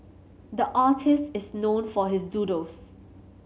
the artist is known for his doodles